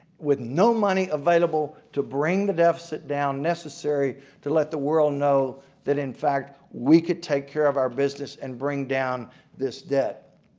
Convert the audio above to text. with no money available to bring the deficit down necessary to let the world know that in fact we could take care of our business and bring down this debt.